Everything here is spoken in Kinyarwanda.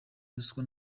ruswa